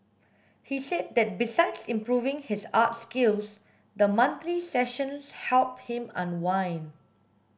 he said that besides improving his art skills the monthly sessions help him unwind